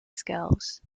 scales